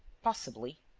possibly.